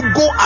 go